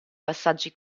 passaggi